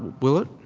will it?